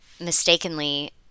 mistakenly